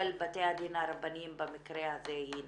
בתי הדין הרבניים במקרה הזה היא נכונה.